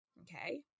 okay